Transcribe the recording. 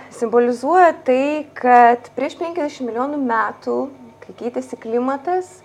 simbolizuoja tai kad prieš penkiasdešim milijonų metų kai keitėsi klimatas